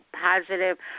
positive